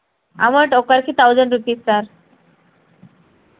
amount ఒకరికి thousand rupees sir